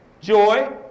Joy